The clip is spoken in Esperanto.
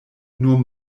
nur